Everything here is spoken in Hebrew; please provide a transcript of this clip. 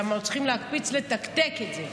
למה עוד צריכים להקפיץ, לתקתק את זה.